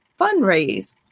fundraise